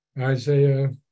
Isaiah